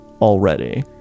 already